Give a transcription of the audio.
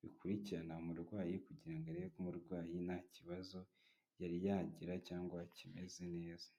bikurikirana umurwayi kugira ngo arebe umurwayi nta kibazo yari yagira cyangwa akimeze neza.